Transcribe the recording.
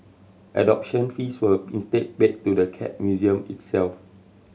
adoption fees were instead paid to the Cat Museum itself